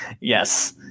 Yes